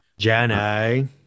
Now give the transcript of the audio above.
Janai